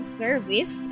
service